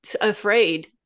afraid